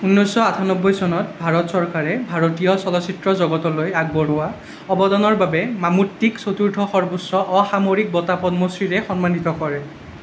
ঊনৈছশ আঠান্নব্বৈ চনত ভাৰত চৰকাৰে ভাৰতীয় চলচ্চিত্ৰ জগতলৈ আগবঢ়োৱা অৱদানৰ বাবে মামুট্টীক চতুৰ্থ সৰ্বোচ্চ অসামৰিক বঁটা পদ্মশ্ৰীৰে সন্মানিত কৰে